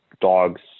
dogs